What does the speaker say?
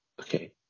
okay